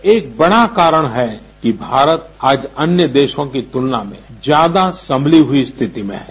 यह एक बड़ा कारण है कि भारत आज अन्य देशों की तुलना में ज्यादा संमली हुई स्थिति में है